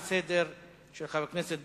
לסדר-היום של חבר הכנסת